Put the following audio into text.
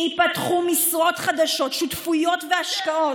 ייפתחו משרות חדשות, שותפויות והשקעות.